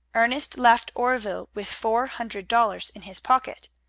ernest left oreville with four hundred dollars in his pocket.